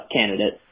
candidate